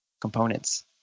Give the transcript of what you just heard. components